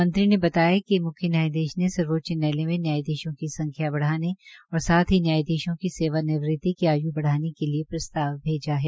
मंत्री ने बताया कि मुख्य न्यायधीश सर्वोच्च न्यायालय में न्यायधीशों की संख्या बढ़ाने और साथ ही न्यायधीशों की सेवा निवृति की आय् बढ़ाने के लिये प्रस्ताव भेजा है